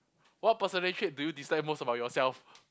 what personality trait do you dislike most about yourself